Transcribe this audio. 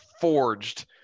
forged